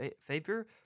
favor